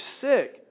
sick